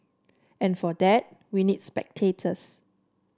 and for that we need spectators